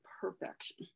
perfection